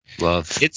love